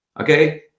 Okay